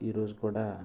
ఈరోజు కూడా